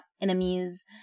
enemies